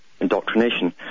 indoctrination